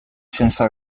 sense